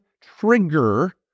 trigger